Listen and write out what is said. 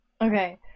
Okay